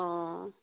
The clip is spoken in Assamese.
অঁ